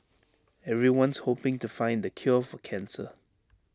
everyone's hoping to find the cure for cancer